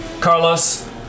Carlos